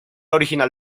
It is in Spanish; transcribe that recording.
original